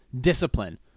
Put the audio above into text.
Discipline